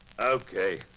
okay